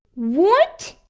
what!